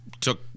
took